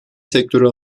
sektörü